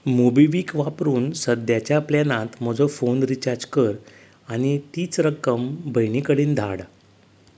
MobiKwik वापरून सद्याच्या प्लॅनांत म्हजो फोन रिचार्ज कर आनी तीच रक्कम भयणी कडेन धाड